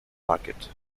market